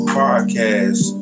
podcast